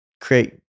create